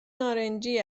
نارنجی